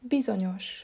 Bizonyos